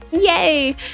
Yay